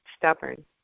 stubborn